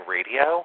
Radio